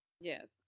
Yes